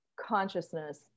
consciousness